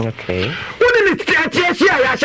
Okay